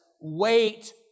wait